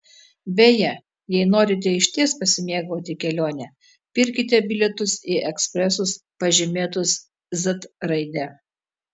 beje jei norite išties pasimėgauti kelione pirkite bilietus į ekspresus pažymėtus z raide